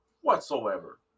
Whatsoever